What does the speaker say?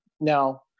Now